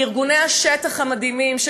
לארגוני השטח המדהימים,